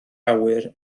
awyr